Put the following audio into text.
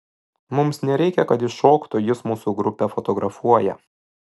mums nereikia kad jis šoktų jis mūsų grupę fotografuoja